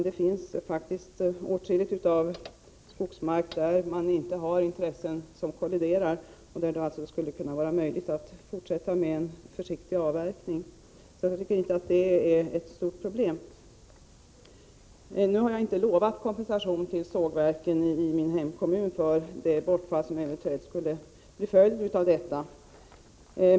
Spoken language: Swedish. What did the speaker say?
Det finns åtskillig skogsmark där det inte föreligger kolliderande intressen och där det alltså skulle vara möjligt att fortsätta med en försiktig avverkning. Jag tycker alltså inte att detta är ett stort problera. Jag har inte utlovat kompensation till sågverken i min hemkommun för det bortfall som eventuellt skulle bli följden av vårt förslag.